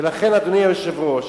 ולכן, אדוני היושב-ראש,